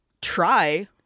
try